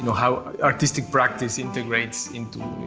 how artistic practice integrates into,